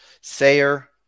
Sayer